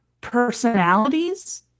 personalities